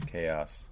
chaos